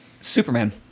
superman